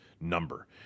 number